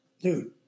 dude